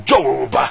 Job